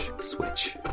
switch